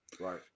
Right